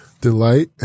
delight